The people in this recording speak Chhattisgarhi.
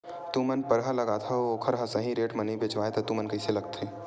तू मन परहा लगाथव अउ ओखर हा सही रेट मा नई बेचवाए तू मन ला कइसे लगथे?